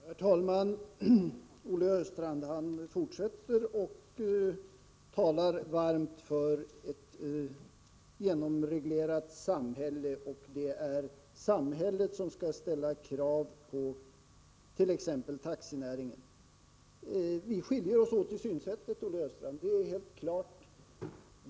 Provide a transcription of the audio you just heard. Herr talman! Olle Östrand fortsätter att tala varmt för ett genomreglerat samhälle och säger att det är samhället som skall ställa krav på t.ex. taxinäringen. Vi skiljer oss åt i synsättet, Olle Östrand — det är helt klart.